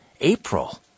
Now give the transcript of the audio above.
April